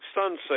sunset